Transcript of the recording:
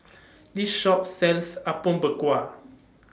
This Shop sells Apom Berkuah